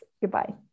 Goodbye